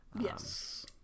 Yes